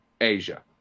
Asia